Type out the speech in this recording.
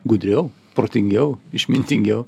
gudriau protingiau išmintingiau